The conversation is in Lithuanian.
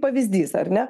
pavyzdys ar ne